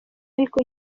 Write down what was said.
ariko